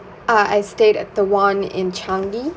ah I stayed at the one in changi